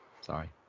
Sorry